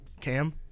Cam